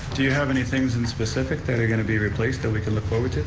do you have any things in specific that are going to be replaced that we could look forward to?